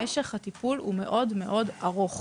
משך הטיפול הוא מאוד מאוד ארוך.